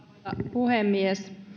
puhemies